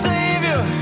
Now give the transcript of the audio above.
Savior